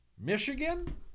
Michigan